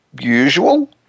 usual